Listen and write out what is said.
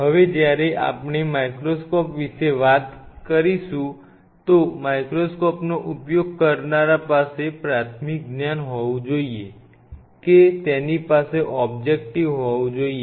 હવે જ્યારે આપણે માઇક્રોસ્કોપ વિશે વાત કરીશું તો માઇક્રોસ્કોપનો ઉપયોગ કરનારા પાસે પ્રાથમિક જ્ઞાન હોવું જોઇએ કે તેની પાસે ઓબજેક્ટિવ હોવું જોઈએ